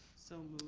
so